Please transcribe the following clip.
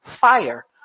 fire